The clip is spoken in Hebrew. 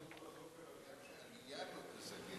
כתוב בחוק שגם עלייה לא תזכה.